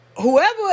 Whoever